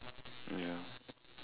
ya